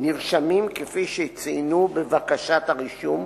נרשמים כפי שצוין בבקשת הרישום,